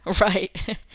right